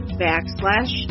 backslash